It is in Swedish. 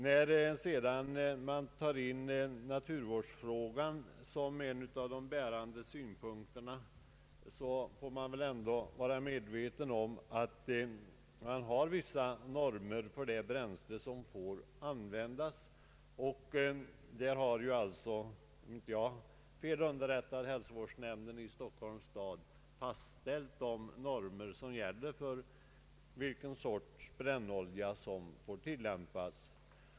När man sedan tar in synpunkterna på naturvårdsfrågan som bärande argument får man ändå vara medveten om att det finns vissa normer för vilket bränsle som får användas. Därvidlag har alltså — om jag inte är fel underrättad — hälsovårdsnämnden i Stockholms stad fastställt de normer som gäller för vilken sorts brännolja som får användas.